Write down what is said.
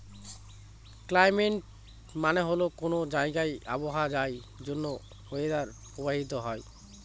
climate মানে হল কোনো জায়গার আবহাওয়া যার জন্য ওয়েদার প্রভাবিত হয়